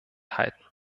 halten